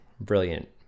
brilliant